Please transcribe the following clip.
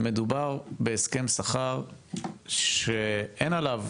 מדובר בהסכם שכר שאין עליו